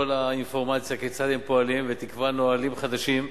האינפורמציה כיצד הם פועלים ותקבע נהלים חדשים,